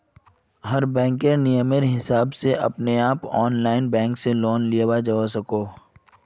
हर बैंकेर नियमेर हिसाब से अपने आप ऑनलाइन बैंक से लोन लियाल जावा सकोह